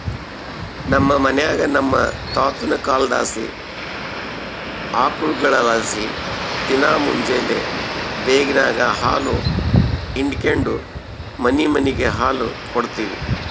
ನಮ್ ಮನ್ಯಾಗ ನಮ್ ತಾತುನ ಕಾಲದ್ಲಾಸಿ ಆಕುಳ್ಗುಳಲಾಸಿ ದಿನಾ ಮುಂಜೇಲಿ ಬೇಗೆನಾಗ ಹಾಲು ಹಿಂಡಿಕೆಂಡು ಮನಿಮನಿಗ್ ಹಾಲು ಕೊಡ್ತೀವಿ